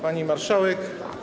Pani Marszałek!